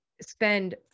spend